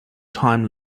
time